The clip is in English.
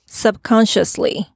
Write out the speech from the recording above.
subconsciously 。